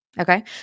Okay